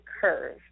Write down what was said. curve